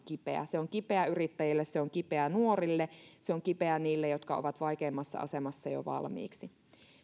kipeä se on kipeä yrittäjille se on kipeä nuorille se on kipeä niille jotka ovat vaikeimmassa asemassa jo valmiiksi